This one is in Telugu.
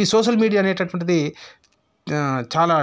ఈ సోషల్ మీడియా అనేటటువంటిది చాలా